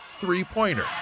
three-pointer